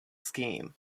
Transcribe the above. scheme